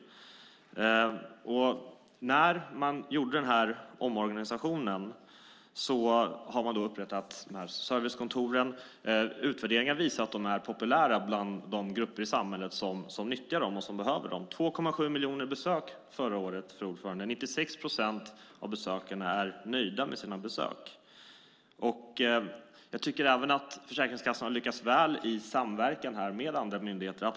När man gjorde den här omorganisationen upprättade man servicekontoren. Utvärderingar visar att de är populära bland de grupper i samhället som nyttjar dem och som behöver dem. 2,7 miljoner besökte dem förra året, fru talman. 96 procent av besökarna är nöjda med sina besök. Jag tycker även att Försäkringskassan har lyckats väl i samverkan här med andra myndigheter.